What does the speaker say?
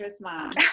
mom